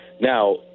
Now